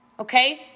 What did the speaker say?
Okay